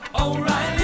O'Reilly